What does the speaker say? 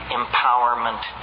empowerment